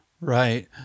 Right